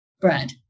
bread